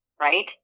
right